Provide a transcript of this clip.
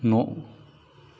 न'